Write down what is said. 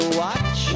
watch